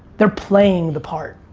they're playing the part.